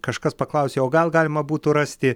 kažkas paklausė o gal galima būtų rasti